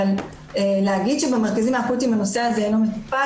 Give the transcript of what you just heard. אבל להגיד שבמרכזים האקוטיים הנושא הזה אינו מטופל,